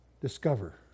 discover